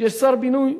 יש שר בינוי,